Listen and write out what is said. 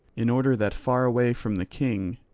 in order that, far away from the king,